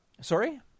Sorry